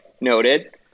Noted